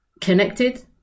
connected